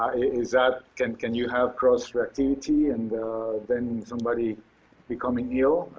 is that can can you have cross reactivity and then somebody becoming ill,